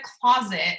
closet